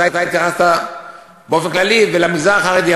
אתה התייחסת באופן כללי ולמגזר החרדי,